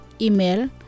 Email